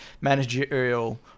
managerial